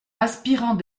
aspirant